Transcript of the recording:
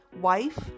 wife